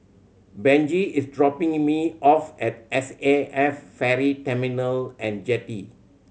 Benji is dropping me off at S A F Ferry Terminal And Jetty